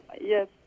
Yes